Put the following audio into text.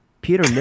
Peter